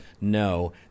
no